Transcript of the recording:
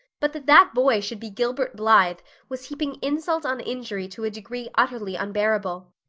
but that that boy should be gilbert blythe was heaping insult on injury to a degree utterly unbearable.